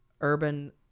urban